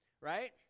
right